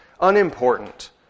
unimportant